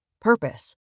Purpose